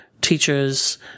teachers